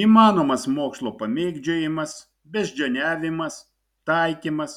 įmanomas mokslo pamėgdžiojimas beždžioniavimas taikymas